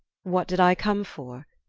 what did i come for,